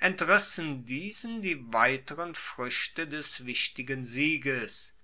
entrissen diesen die weiteren fruechte des wichtigen sieges